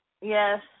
Yes